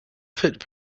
fit